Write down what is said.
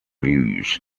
views